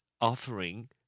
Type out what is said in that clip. offering